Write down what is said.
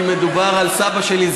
כי מדובר על סבא שלי,